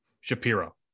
Shapiro